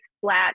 flat